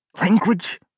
Language